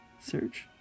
Search